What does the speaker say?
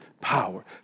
power